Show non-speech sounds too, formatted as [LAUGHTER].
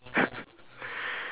[LAUGHS]